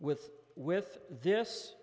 with with this